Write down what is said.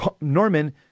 Norman